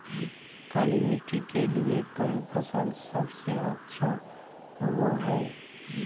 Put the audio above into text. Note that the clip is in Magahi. काली मिट्टी के लिए कौन फसल सब से अच्छा होबो हाय?